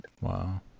Wow